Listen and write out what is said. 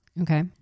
Okay